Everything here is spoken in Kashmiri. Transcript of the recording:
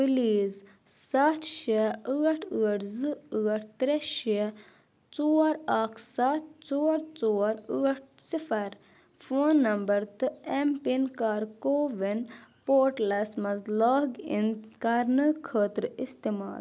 پلیز ستھ شیٚے آٹھ آٹھ زٕ آٹھ ترٛےٚ شیٚے ژور اکھ ستھ ژور ژور آٹھ صفر فون نمبر تہٕ ایم پِن کر کووِن پوٹلس مَنٛز لاگ اِن کرنہٕ خٲطرٕ استعمال